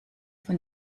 von